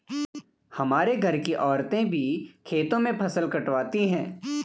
हमारे घर की औरतें भी खेतों में फसल कटवाती हैं